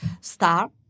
star